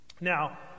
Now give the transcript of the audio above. Now